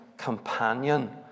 companion